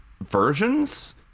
versions